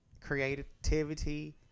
creativity